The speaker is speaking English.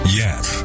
yes